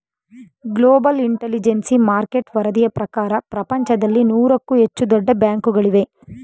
global intelligence market ವರದಿಯ ಪ್ರಕಾರ ಪ್ರಪಂಚದಲ್ಲಿ ನೂರಕ್ಕೂ ಹೆಚ್ಚು ದೊಡ್ಡ ಬ್ಯಾಂಕುಗಳಿವೆ